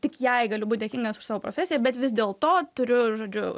tik jai galiu būt dėkingas už savo profesiją bet vis dėlto turiu žodžiu